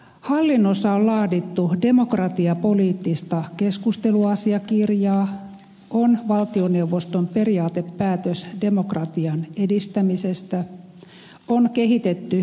hallinnossa on laadittu demokratiapoliittista keskusteluasiakirjaa on valtioneuvoston periaatepäätös demokratian edistämisestä on kehitetty verkkodemokratiaa